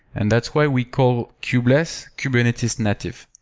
and that's why we call kubeless kubernetes native.